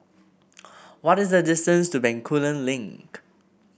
what is the distance to Bencoolen Link